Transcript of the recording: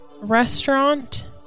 restaurant